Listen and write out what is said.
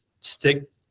stick